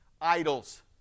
Idols